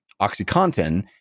OxyContin